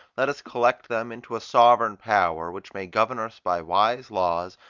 let us collect them into a sovereign power, which may govern us by wise laws,